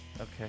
Okay